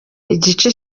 igice